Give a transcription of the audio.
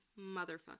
motherfucker